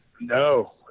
No